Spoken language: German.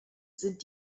sind